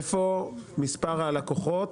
איפה מספר הלקוחות,